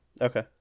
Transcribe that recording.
Okay